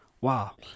wow